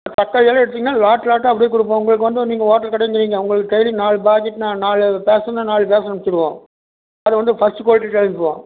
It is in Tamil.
இப்போ தக்காளி எல்லாம் எடுத்தீங்கன்னா லாட் லாட்டாக அப்டே கொடுப்போம் உங்களுக்கு வந்து நீங்கள் ஹோட்டல் கடைங்குறீங்க உங்களுக்கு டெய்லி நாலு பாக்கெட் நான் நாலு பார்சல்னா நாலு பார்சல் அனுப்பிச்சிவிடுவோம் அது வந்து ஃபர்ஸ்ட் குவாலிட்டியில அனுப்புவோம்